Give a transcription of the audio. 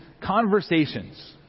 conversations